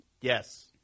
Yes